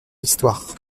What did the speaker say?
histoire